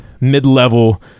mid-level